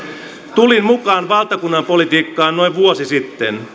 tulin mukaan valtakunnan politiikkaan noin vuosi sitten